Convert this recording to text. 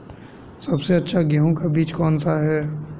सबसे अच्छा गेहूँ का बीज कौन सा है?